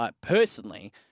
personally